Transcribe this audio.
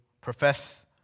profess